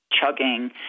chugging